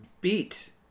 beat